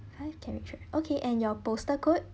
five character okay and your postal code